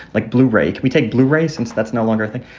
like blu ray. can we take blu ray since that's no longer a thing?